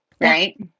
right